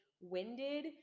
winded